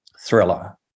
thriller